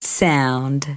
sound